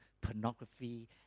pornography